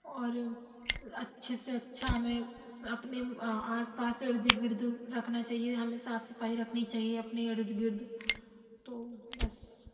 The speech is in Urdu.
اور اچھے سے اچھا ہمیں اپنے آس پاس ارد گرد رکھنا چاہیے ہمیں صاف صفائی رکھنی چاہیے اپنے ارد گرد تو بس